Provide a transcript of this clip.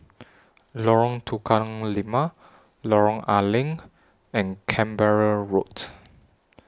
Lorong Tukang Lima Lorong A Leng and Canberra Road